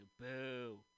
boo